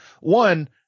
One